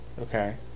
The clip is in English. okay